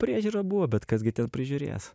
priežiūra buvo bet kas gi ten prižiūrės